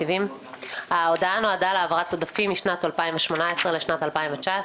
ההודעה נועדה להעברת עודפים משנת 2018 לשנת 2019,